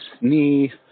knee